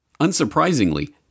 Unsurprisingly